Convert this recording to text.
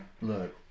Look